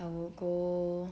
I would go